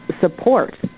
support